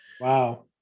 Wow